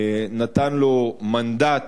נתן לו מנדט